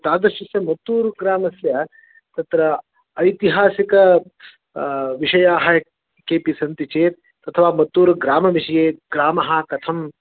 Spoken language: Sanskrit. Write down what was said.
तादृशस्य मत्तूरुग्रामस्य तत्र ऐतिहासिक विषयाः केपि सन्ति चेत् अथवा मत्तूरुग्रामविषये ग्रामः कथम्